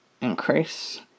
increase